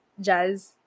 Jazz